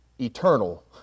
eternal